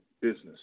business